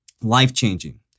Life-Changing